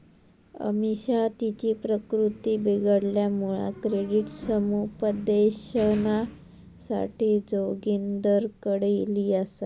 अमिषा तिची प्रकृती बिघडल्यामुळा क्रेडिट समुपदेशनासाठी जोगिंदरकडे ईली आसा